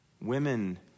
Women